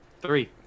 three